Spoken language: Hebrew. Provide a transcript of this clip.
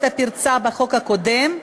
את הפרצה בחוק הקודם,